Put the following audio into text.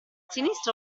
sinistra